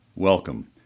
Welcome